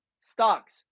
stocks